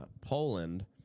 Poland